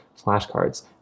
flashcards